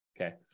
Okay